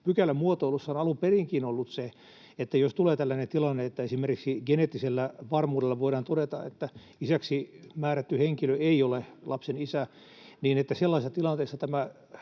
pykälämuotoilussa on alun perinkin ollut se, että jos tulee tällainen tilanne, että esimerkiksi geneettisellä varmuudella voidaan todeta, että isäksi määrätty henkilö ei ole lapsen isä, niin sellaisessa tilanteessa tämä